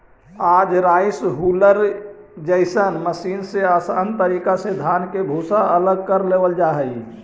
आज rice huller जइसन machine से आसान तरीका से धान के भूसा अलग कर लेवल जा हई